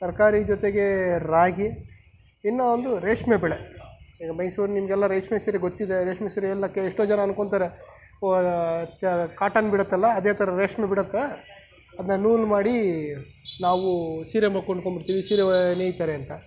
ತರಕಾರಿ ಜೊತೆಗೆ ರಾಗಿ ಇನ್ನೂ ಒಂದು ರೇಷ್ಮೆ ಬೆಳೆ ಈಗ ಮೈಸೂರು ನಿಮಗೆಲ್ಲ ರೇಷ್ಮೆ ಸೀರೆ ಗೊತ್ತಿದೆ ರೇಷ್ಮೆ ಸೀರೆ ಅನ್ನೋಕ್ಕೆ ಎಷ್ಟೋ ಜನ ಅಂದ್ಕೋತಾರೆ ಓಹ್ ಕಾಟನ್ ಬಿಡುತ್ತಲ್ಲ ಅದೇ ಥರ ರೇಷ್ಮೆ ಬಿಡುತ್ತೆ ಅದನ್ನ ನೂಲು ಮಾಡಿ ನಾವು ಸೀರೆ ಕೊಂಡ್ಕೊಂಡ್ಬಿಡ್ತೀವಿ ಸೀರೆ ನೇಯ್ತಾರೆ ಅಂತ